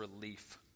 relief